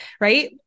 right